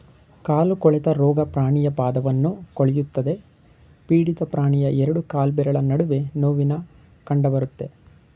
ಕಾಲು ಕೊಳೆತ ರೋಗ ಪ್ರಾಣಿಯ ಪಾದವನ್ನು ಕೊಳೆಯುತ್ತದೆ ಪೀಡಿತ ಪ್ರಾಣಿಯ ಎರಡು ಕಾಲ್ಬೆರಳ ನಡುವೆ ನೋವಿನ ಕಂಡಬರುತ್ತೆ